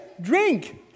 drink